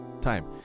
time